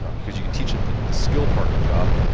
um because you can teach them the the skill part of the job,